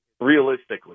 realistically